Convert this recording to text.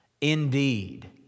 Indeed